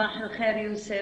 בוקר טוב, יוסף,